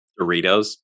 Doritos